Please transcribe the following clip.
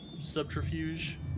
subterfuge